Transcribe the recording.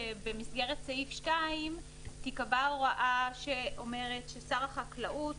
שבמסגרת סעיף (2) תיקבע הוראה שאומרת ששר החקלאות,